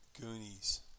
Goonies